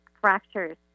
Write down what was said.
fractures